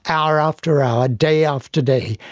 hour after hour, day after day,